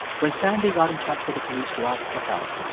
when sandy got in touch with the police to ask for help,